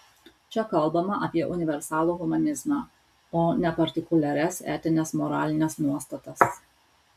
čia kalbama apie universalų humanizmą o ne partikuliaras etines moralines nuostatas